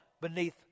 Beneath